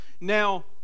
now